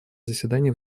заседании